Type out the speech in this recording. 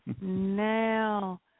Now